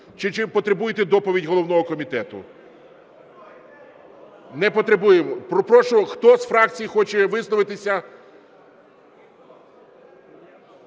Чи потребуєте доповіді головного комітету? (Шум у залі) Не потребуєте. Прошу, хто з фракцій хоче висловитися?